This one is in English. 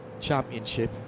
championship